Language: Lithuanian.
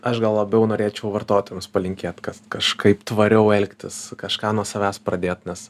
aš gal labiau norėčiau vartotojams palinkėt kas kažkaip tvariau elgtis kažką nuo savęs pradėt nes